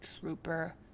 Trooper